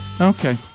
Okay